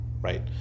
right